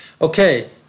Okay